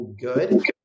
good